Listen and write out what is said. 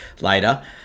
later